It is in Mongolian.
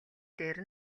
дээр